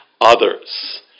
others